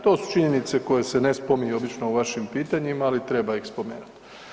To su činjenice koje se ne spominju obično u vašim pitanjima, ali treba ih spomenuti.